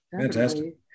Fantastic